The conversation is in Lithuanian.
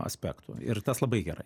aspektų ir tas labai gerai